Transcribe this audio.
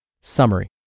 Summary